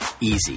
easy